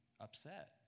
upset